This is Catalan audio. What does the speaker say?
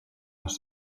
les